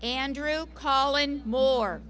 andrew calling more